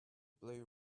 blue